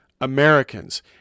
Americans